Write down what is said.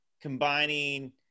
combining –